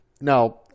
now